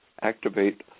activate